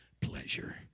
pleasure